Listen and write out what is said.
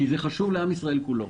כי זה חשוב לעם ישראל כולו.